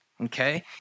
Okay